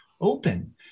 open